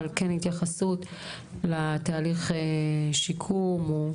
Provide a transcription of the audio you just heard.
אבן כן התייחסות לתהליך השיקום.